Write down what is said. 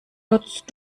nutzt